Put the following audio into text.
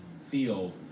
field